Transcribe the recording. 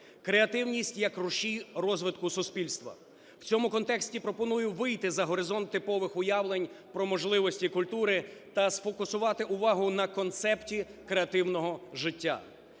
як рушій розвитку суспільства. В цьому контексті пропоную вийти за горизонт типових уявлень про можливості культури та сфокусувати увагу на концепті креативного життя.